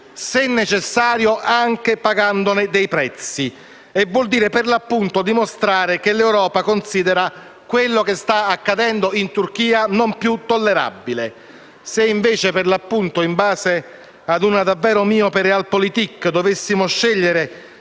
se necessario anche pagandone il prezzo. Ciò vuol dire, per l'appunto, dimostrare che l'Europa considera quello che sta accadendo in Turchia non più tollerabile. Se invece, in base a una davvero miope *Realpolitik*, dovessimo scegliere